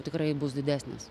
tikrai bus didesnis